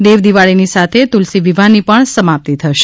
દેવદિવાળીની સાથે તુલસી વિવાહની પણ સમાપ્તિ થશે